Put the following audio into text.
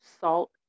salt